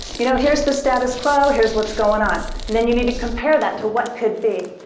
you know, here's the status quo, here's what's going on. and then you need to compare that to what could be.